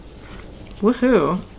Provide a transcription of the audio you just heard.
Woohoo